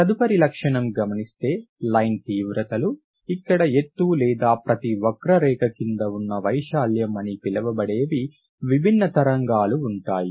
తదుపరి లక్షణం గమనిస్తే లైన్ తీవ్రతలు ఇక్కడ ఎత్తు లేదా ప్రతి వక్రరేఖ కింద ఉన్న వైశాల్యం అని పిలవబడేవి విభిన్న తరంగాలు ఉంటాయి